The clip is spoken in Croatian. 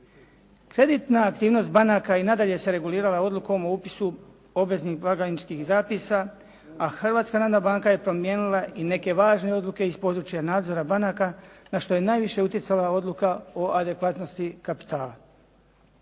Kreditna aktivnost banaka i nadalje se regulirala odlukom o upisu obveznih blagajničkih zapisa, a Hrvatska narodna banka je promijenila i neke važne odluke iz područja nadzora banaka na što je najviše utjecala odluka o adekvatnosti kapitala.